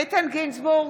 איתן גינזבורג,